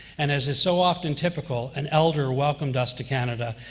and as is so often typical, an elder welcomed us to canada.